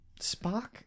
Spock